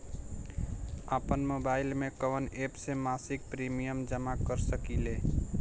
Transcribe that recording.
आपनमोबाइल में कवन एप से मासिक प्रिमियम जमा कर सकिले?